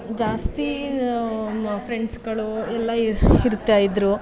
ಜಾಸ್ತಿ ಫ್ರೆಂಡ್ಸುಗಳು ಎಲ್ಲ ಇರ್ತಾಯಿದ್ದರು